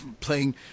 playing